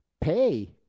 pay